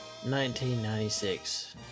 1996